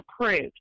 approved